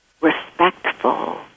respectful